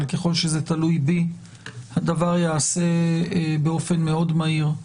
אבל ככל שזה תלוי בי, הדבר ייעשה באופן מאוד מהיר.